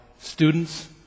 students